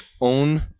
own